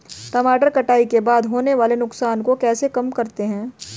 टमाटर कटाई के बाद होने वाले नुकसान को कैसे कम करते हैं?